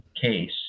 case